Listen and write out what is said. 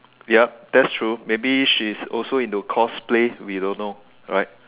ya that's true maybe she's also into cosplay we don't know right